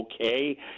okay